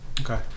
Okay